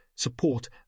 support